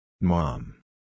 Mom